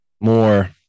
more